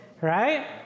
right